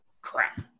Crap